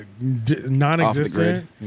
non-existent